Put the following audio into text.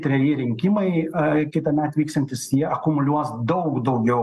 treji rinkimai a kitąmet vyksiantys jie akumuliuos daug daugiau